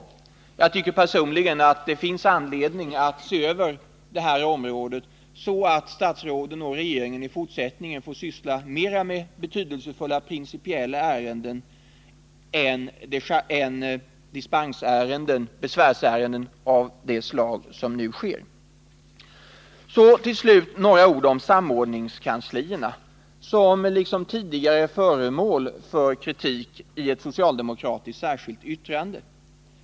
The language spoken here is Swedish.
Personligen tycker jag att det finns anledning att se över det här området, så att statsråden och regeringen i fortsättningen får syssla mera med betydelsefulla principiella ärenden än med besvärsärenden av det slag som nu är vanliga. Sedan några ord om samordningskanslierna, som liksom tidigare har blivit föremål för kritik i ett socialdemokratiskt särskilt yttrande.